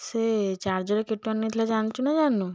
ସେ ଚାର୍ଜର କେତେ ଟଙ୍କା ନେଇଥିଲା ଜାଣିଛୁ ନା ଜାଣିନୁ